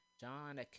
John